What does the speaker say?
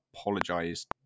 apologised